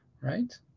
right